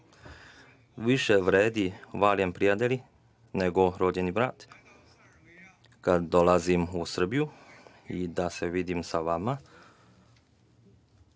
više vrede mali prijatelji nego rođeni brat. Kada dolazim u Srbiju, da se vidim sa vama,